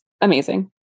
amazing